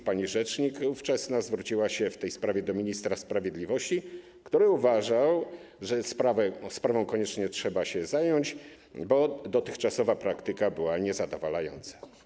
Ówczesna pani rzecznik zwróciła się w tej sprawie do ministra sprawiedliwości, który uważał, że sprawą koniecznie trzeba się zająć, bo dotychczasowa praktyka była niezadowalająca.